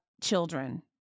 children